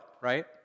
right